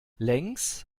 längs